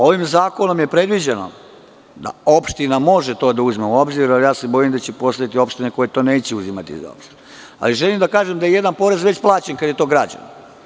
Ovim zakonom je predviđeno da opština može to da uzme u obzir, ali ja se bojim da će postojati opštine koje to neće uzimati, ali želim da kažem da je jedan porez već plaćen kada je to građeno.